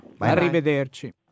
Arrivederci